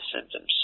symptoms